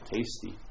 Tasty